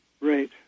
Right